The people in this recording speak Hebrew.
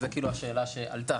זה כאילו השאלה שעלתה.